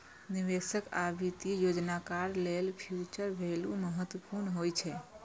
निवेशक आ वित्तीय योजनाकार लेल फ्यूचर वैल्यू महत्वपूर्ण होइ छै